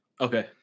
Okay